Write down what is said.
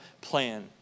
plan